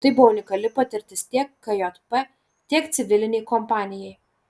tai buvo unikali patirtis tiek kjp tiek civilinei kompanijai